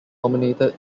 nominated